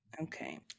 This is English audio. Okay